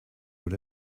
what